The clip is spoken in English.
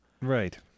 Right